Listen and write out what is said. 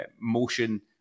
motion